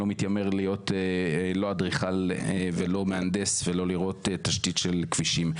אני לא מתיימר להיות לא אדריכל ולא מהנדס ולא לראות תשתית של כבישים.